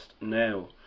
now